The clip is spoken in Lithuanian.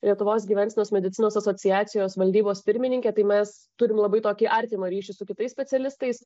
lietuvos gyvensenos medicinos asociacijos valdybos pirmininkė tai mes turim labai tokį artimą ryšį su kitais specialistais